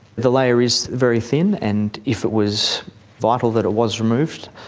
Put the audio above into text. the layer is very thin, and if it was vital that it was removed,